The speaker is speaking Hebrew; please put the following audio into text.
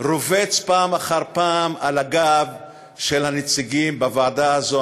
רובץ פעם אחר פעם על הגב של הנציגים בוועדה הזאת,